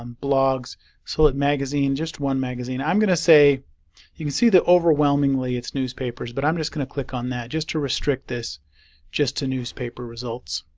um blogs so that magazine just one magazine. i'm going to say you can see the overwhelmingly it's newspapers but i'm just going to click on that just to restrict this just to newspaper results.